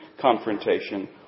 confrontation